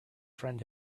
friend